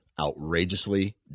outrageously